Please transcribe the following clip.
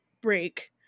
break